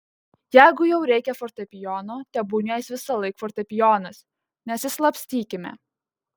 jeigu jau reikia fortepijono tebūnie jis visąlaik fortepijonas nesislapstykime